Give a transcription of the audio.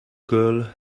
girl